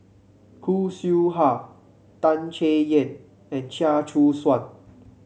Khoo Seow Hwa Tan Chay Yan and Chia Choo Suan